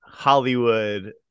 Hollywood